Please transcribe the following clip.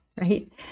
right